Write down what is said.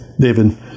David